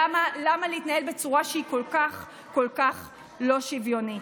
למה להתנהל בצורה שהיא כל כך לא שוויונית?